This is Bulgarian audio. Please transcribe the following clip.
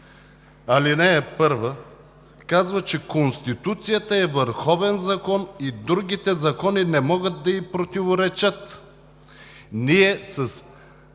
Член 5, ал. 1 казва, че: „Конституцията е върховен закон и другите закони не могат да ѝ противоречат.“